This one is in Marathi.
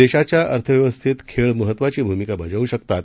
देशाच्या अर्थव्यवस्थेत खेळ महत्वाची भूमिका बजावू शकतात